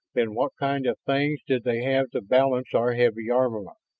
then what kind of things did they have to balance our heavy armament?